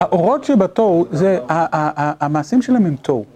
האורות שבתור זה, המעשים שלהם הם תור.